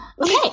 Okay